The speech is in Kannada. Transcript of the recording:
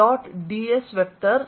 dlE